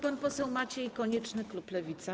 Pan poseł Maciej Konieczny, klub Lewica.